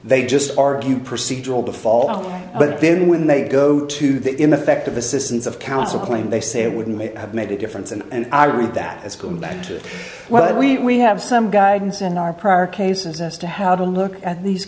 they just argue procedural default but then when they go to the in effect of assistance of counsel claim they say it wouldn't have made a difference and i read that as going back to what we have some guidance in our prior cases as to how to look at these